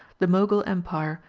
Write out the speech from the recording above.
the mogul empire,